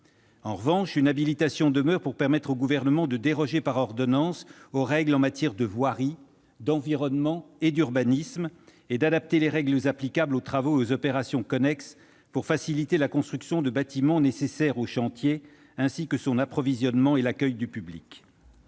En revanche, une habilitation demeure pour permettre au Gouvernement de déroger par ordonnances aux règles en matière de voirie, d'environnement et d'urbanisme, et d'adapter les règles applicables aux travaux et aux opérations connexes pour faciliter la construction de bâtiments nécessaires au chantier, ainsi que son approvisionnement et l'accueil du public.